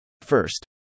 First